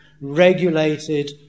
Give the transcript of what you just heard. regulated